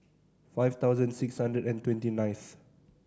five thousand six hundred and twenty ninth